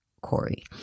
Corey